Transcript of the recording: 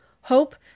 Hope